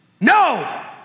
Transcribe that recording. no